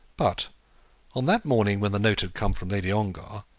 but on that morning, when the note had come from lady ongar,